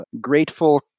grateful